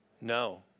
No